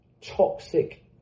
toxic